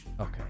Okay